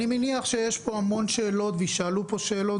אני מניח שיש פה המון שאלות ויישאלו פה שאלות.